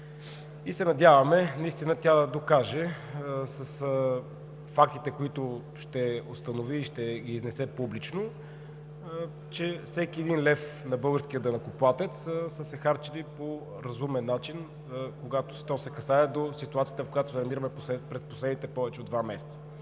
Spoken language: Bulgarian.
Надяваме се наистина тя да докаже с фактите, които ще установи и ще изнесе публично, че всеки един лев на българския данъкоплатец се е харчил по разумен начин, що се касае до ситуацията, в която се намираме в последните повече от два месеца.